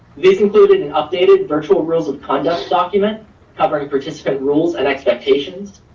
this included an updated virtual rules of conduct document covering participant rules and expectations,